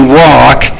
walk